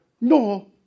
no